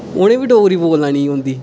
उ'नेंगी बी डोगरी बोलना नेईं औंदी